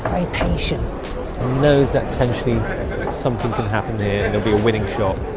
patient knows that potentially something can happen there and there'll be a winning shot